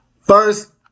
first